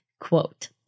Quote